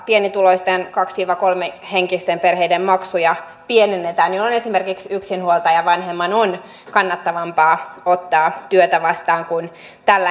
pienituloisten kaksikolmihenkisten perheiden maksuja pienennetään jolloin esimerkiksi yksinhuoltajavanhemman on kannattavampaa ottaa työtä vastaan kuin tällä hetkellä